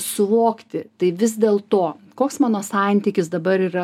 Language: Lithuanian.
suvokti tai vis dėl to koks mano santykis dabar yra